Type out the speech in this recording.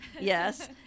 yes